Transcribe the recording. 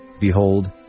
behold